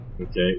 Okay